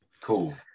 Cool